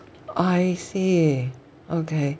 I see okay